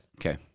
Okay